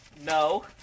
No